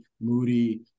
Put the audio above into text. Moody